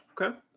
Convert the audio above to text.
Okay